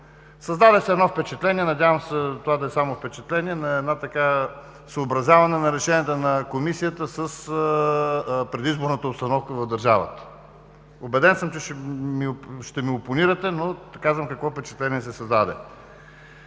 Създаде се едно впечатление, надявам се това да е само впечатление, на едно такова съобразяване на решенията на Комисията с предизборната обстановка в държавата. Убеден съм, че ще ми опонирате, но казвам какво впечатление се създаде.